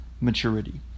maturity